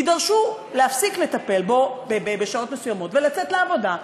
יידרשו להפסיק לטפל בו בשעות מסוימות ולצאת לעבודה.